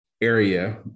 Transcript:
area